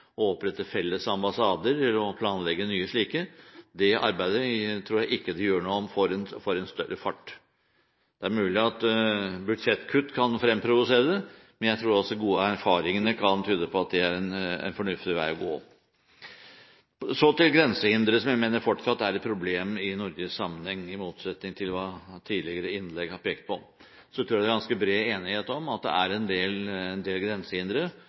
større fart – det er mulig at budsjettkutt kan fremprovosere det – jeg tror de gode erfaringene kan tyde på at det er en fornuftig vei å gå. Så til grensehindre, som jeg mener fortsatt er et problem i nordisk sammenheng. I motsetning til hva det i tidligere innlegg har blitt pekt på, tror jeg det er ganske bred enighet om at det er en del